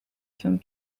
from